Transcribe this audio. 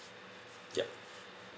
yup